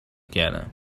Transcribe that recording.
کردم